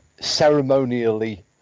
ceremonially